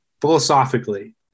philosophically